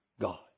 God